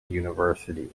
university